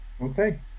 okay